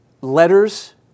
letters